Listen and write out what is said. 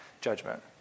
judgment